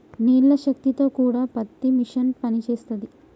నీళ్ల శక్తి తో కూడా పత్తి మిషన్ పనిచేస్తది